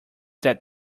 that